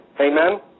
Amen